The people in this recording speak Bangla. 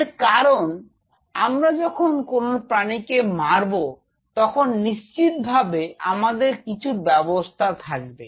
এর কারণ আমরা যখন কোন প্রাণীকে মারবো তখন নিশ্চিতভাবে আমাদের কিছু ব্যবস্থা থাকবে